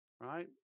Right